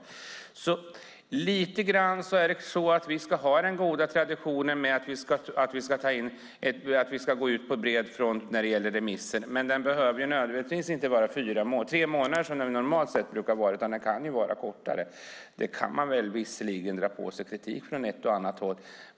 Det är lite grann så att vi ska ha den goda traditionen med att vi ska gå ut på bred front med remissen. Men den behöver inte nödvändigtvis vara tre månader som den normalt brukar vara utan den kan vara kortare. Det kan man visserligen dra på sig kritik för från ett och annat håll.